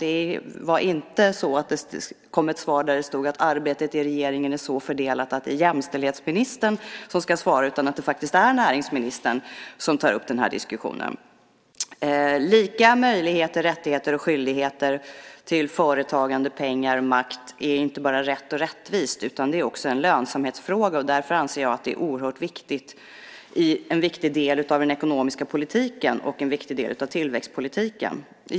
Det kom inte ett svar där det stod att arbetet i regeringen är så fördelat att det är jämställdhetsministern som ska svara, utan det är faktiskt näringsministern som tar upp den här diskussionen. Lika möjligheter, rättigheter och skyldigheter när det gäller företagande, pengar, makt är inte bara rätt och rättvist, utan det är också en lönsamhetsfråga. Därför anser jag att det är en oerhört viktig del av den ekonomiska politiken och en viktig del av tillväxtpolitiken.